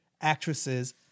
actresses